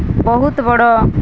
ବହୁତ ବଡ଼